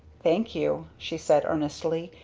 thank you! she said earnestly.